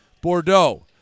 Bordeaux